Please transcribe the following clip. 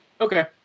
Okay